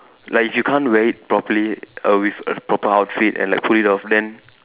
like if you can't wear it properly err with a proper outfit and like pull it off then